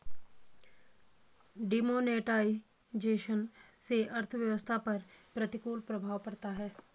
demonetisation से अर्थव्यवस्था पर प्रतिकूल प्रभाव पड़ता है